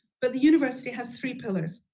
but the university has three pilers.